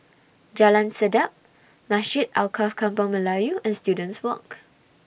Jalan Sedap Masjid Alkaff Kampung Melayu and Students Walk